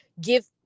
give